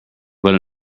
but